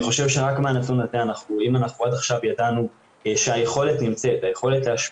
אם אנחנו עד עכשיו ידענו שהיכולת להשפיע